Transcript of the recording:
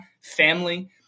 family